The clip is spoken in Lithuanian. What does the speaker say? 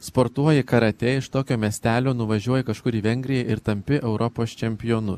sportuoji karatė iš tokio miestelio nuvažiuoji kažkur į vengriją ir tampi europos čempionu